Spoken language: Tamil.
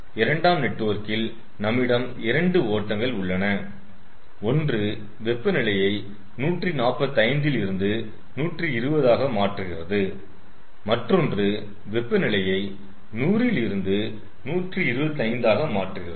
இரண்டாம் நெட்வொர்க்கில் நம்மிடம் இரண்டு ஓட்டங்கள் உள்ளன ஒன்று வெப்பநிலையை 145 ல் இருந்து 120 ஆக மாற்றுகிறது மற்றொன்று வெப்பநிலையை 100 ல் இருந்து 125 ஆக மாற்றுகிறது